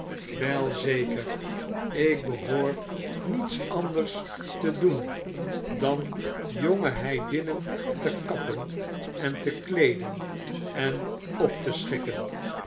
wel zeker ik behoor niets anders te doen dan jonge heidinnen te kappen en te kleeden en op te schikken